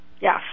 Yes